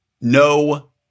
No